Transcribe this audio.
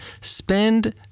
spend